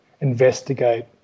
investigate